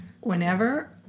whenever